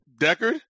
Deckard